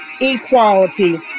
equality